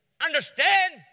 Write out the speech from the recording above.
understand